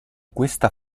questa